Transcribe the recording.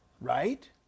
Right